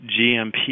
GMP